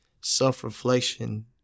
self-reflection